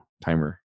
timer